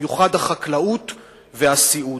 במיוחד החקלאות והסיעוד.